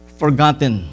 forgotten